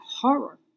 horror